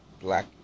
black